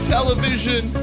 Television